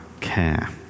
care